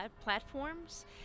platforms